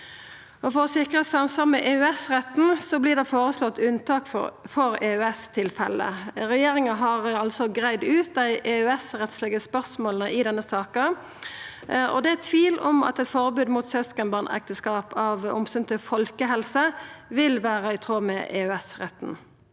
For å sikra samsvar med EØS-retten blir det føreslått unntak for EØS-tilfelle. Regjeringa har greidd ut dei EØSrettslege spørsmåla i denne saka, og det er tvil om eit forbod mot søskenbarnekteskap av omsyn til folkehelse vil vere i tråd med EØS-retten.